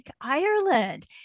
ireland